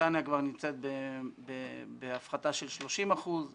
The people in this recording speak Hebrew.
בריטניה כבר נמצאת בהפחתה של 30 אחוזים